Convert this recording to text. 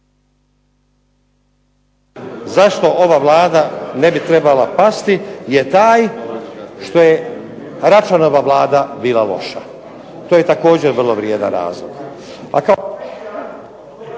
zašto ova Vlada ne bi trebala pasti je taj što je Račanova Vlada bila loša. To je također vrlo vrijedan razlog.